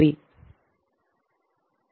சொற்களஞ்சியம்